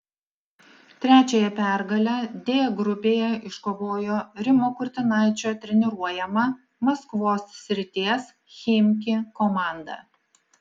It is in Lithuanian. trečiąją pergalę d grupėje iškovojo rimo kurtinaičio treniruojama maskvos srities chimki komanda